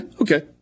okay